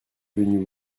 venu